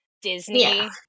disney